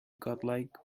godlike